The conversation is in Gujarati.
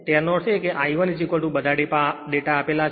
તેથી તેનો અર્થ છે કે I 1 બધા ડેટા આપેલ છે